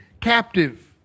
captive